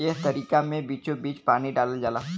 एह तरीका मे बीचोबीच पानी डालल जाला